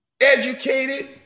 educated